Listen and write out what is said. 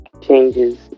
changes